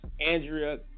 Andrea